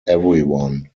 everyone